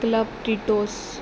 club Tito's